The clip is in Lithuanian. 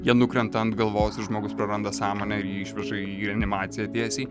jie nukrenta ant galvos ir žmogus praranda sąmonę ir jį išveža į reanimaciją tiesiai